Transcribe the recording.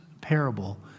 parable